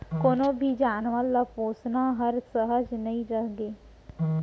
कोनों भी जानवर ल पोसना हर सहज नइ रइगे